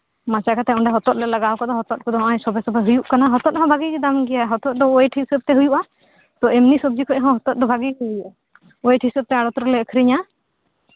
ᱦᱟᱪᱟ ᱠᱟᱛᱮ ᱚᱸᱰᱮ ᱦᱚᱛᱚᱛ ᱞᱮ ᱞᱟᱜᱟᱣ ᱟᱠᱟᱫᱟ ᱦᱚᱛᱚᱫ ᱠᱚᱫᱚ ᱥᱚᱸᱜᱮ ᱥᱚᱸᱜᱮ ᱦᱩᱭᱩᱜ ᱠᱟᱱᱟ ᱦᱚᱛᱚᱛ ᱦᱚᱸ ᱵᱷᱟᱜᱤ ᱜᱮ ᱫᱟᱢ ᱜᱮᱭᱟ ᱦᱚᱛᱚᱛ ᱚᱭᱮᱴ ᱦᱤᱸᱥᱟᱹᱵ ᱛᱮ ᱦᱩᱭᱩᱜᱼᱟ ᱛᱚ ᱮᱢᱱᱤ ᱥᱚᱵᱡᱤ ᱠᱷᱚᱡ ᱦᱚᱸ ᱦᱚᱛᱚᱛ ᱫᱚ ᱵᱷᱟᱜᱤ ᱜᱮ ᱦᱩᱭᱩᱜᱼᱟ ᱚᱭᱮᱴ ᱦᱤᱥᱟᱹᱵ ᱛᱮ ᱟᱲᱚᱛ ᱨᱮᱞᱮ ᱟᱠᱷᱨᱤᱧᱟ